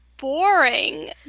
boring